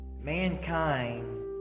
mankind